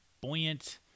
buoyant